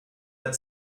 had